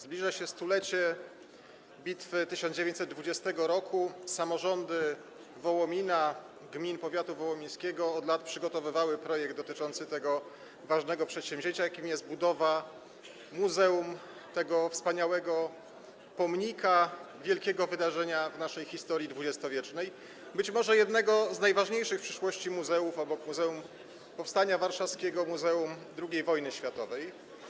Zbliża się 100-lecie bitwy 1920 r. Samorząd Wołomina, samorządy gmin powiatu wołomińskiego od lat przygotowywały projekt dotyczący tego ważnego przedsięwzięcia, jakim jest budowa muzeum, tego wspaniałego pomnika wielkiego wydarzenia w naszej XX-wiecznej historii, być może jednego z najważniejszych w przyszłości muzeów obok Muzeum Powstania Warszawskiego i Muzeum II Wojny Światowej.